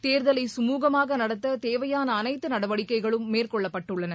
தேர்தலை சுமூகமான நடத்த தேவையான அனைத்து நடவடிக்கைகளும் மேற்கொள்ளப்பட்டுள்ளன